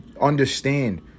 understand